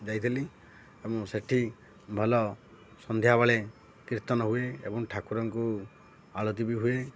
ଯାଇଥିଲି ଏବଂ ସେଠି ଭଲ ସନ୍ଧ୍ୟାବେଳେ କୀର୍ତ୍ତନ ହୁଏ ଏବଂ ଠାକୁରଙ୍କୁ ଆଳତି ବି ହୁଏ